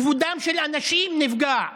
כבודם של אנשים נפגע.